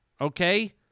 Okay